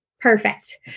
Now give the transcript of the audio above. Perfect